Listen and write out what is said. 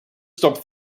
stop